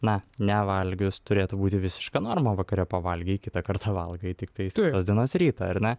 na nevalgius turėtų būti visiška norma vakare pavalgei kitą kartą valgai tiktai kitos dienos rytą ar ne